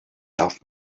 darf